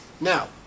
Now